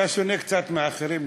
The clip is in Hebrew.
אתה שונה קצת מאחרים,